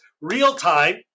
real-time